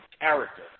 character